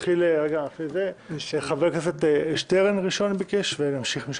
חבר הכנסת שטרן ביקש ראשון.